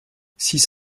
six